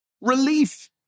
Relief